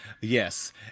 Yes